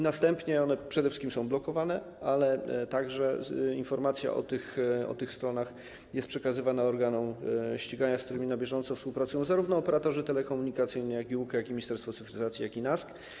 Następnie one przede wszystkim są blokowane, ale także informacja o tych stronach jest przekazywana organom ścigania, z którymi na bieżąco współpracują zarówno operatorzy telekomunikacyjni, jak i UKE, Ministerstwo Cyfryzacji i NASK.